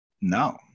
No